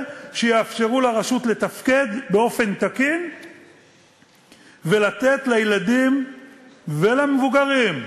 שיאפשרו לרשות לתפקיד באופן תקין ולתת לילדים ולמבוגרים,